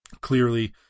clearly